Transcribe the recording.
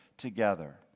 Together